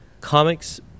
comics